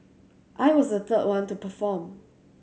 I was the third one to perform